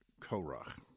Korach